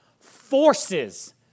forces